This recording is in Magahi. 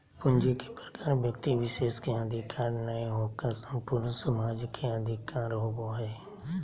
पूंजी के प्रकार व्यक्ति विशेष के अधिकार नय होकर संपूर्ण समाज के अधिकार होबो हइ